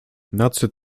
nadszedł